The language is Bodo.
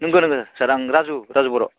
नोंगो नोंगो आं राजु राजु बर'